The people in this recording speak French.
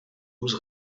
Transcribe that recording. douze